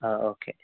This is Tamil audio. ஆ ஓகே